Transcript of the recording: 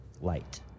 light